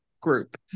group